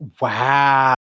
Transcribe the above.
Wow